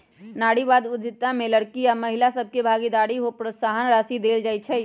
नारीवाद उद्यमिता में लइरकि आऽ महिला सभके भागीदारी को प्रोत्साहन देल जाइ छइ